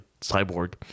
cyborg